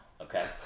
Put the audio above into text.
okay